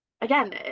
again